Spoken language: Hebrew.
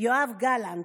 יואב גלנט,